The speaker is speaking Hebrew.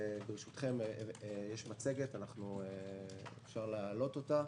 ברשותכם, יש לנו מצגת ואפשר להעלות אותה.